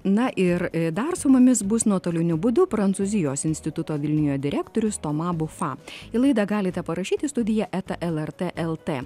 na ir dar su mumis bus nuotoliniu būdu prancūzijos instituto vilniuje direktorius toma bufa į laidą galite parašyti studija eta lrt lt